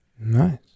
Nice